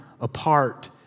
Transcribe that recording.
apart